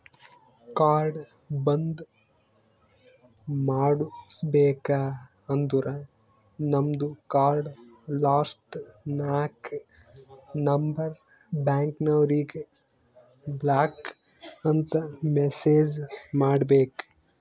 card ಬಂದ್ ಮಾಡುಸ್ಬೇಕ ಅಂದುರ್ ನಮ್ದು ಕಾರ್ಡ್ ಲಾಸ್ಟ್ ನಾಕ್ ನಂಬರ್ ಬ್ಯಾಂಕ್ನವರಿಗ್ ಬ್ಲಾಕ್ ಅಂತ್ ಮೆಸೇಜ್ ಮಾಡ್ಬೇಕ್